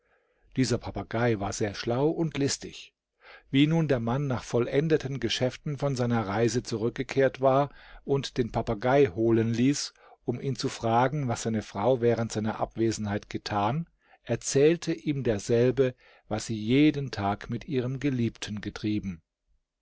dieser papagei war sehr schlau und listig wie nun der mann nach vollendeten geschäften von seiner reise zurückgekehrt war und den papagei holen ließ um ihn zu fragen was seine frau während seiner abwesenheit getan erzählte ihm derselbe was sie jeden tag mit ihrem geliebten getrieben